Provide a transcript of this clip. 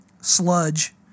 sludge